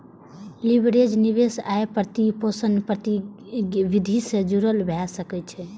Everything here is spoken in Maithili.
लीवरेज निवेश आ वित्तपोषण गतिविधि सं जुड़ल भए सकै छै